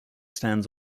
stands